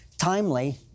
Timely